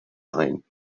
ein